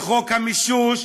לחוק המישוש,